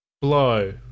Blow